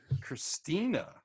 Christina